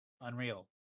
Unreal